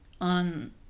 on